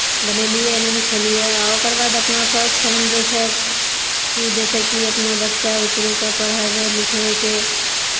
बनेलियै हन खेलियै आ ओकर बाद अपना शौक खन जे छै कि जइसे कि अपना बच्चा बुतरूके पढ़यबै लिखबयके